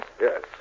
Yes